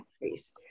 increase